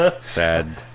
Sad